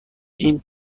این